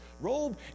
robe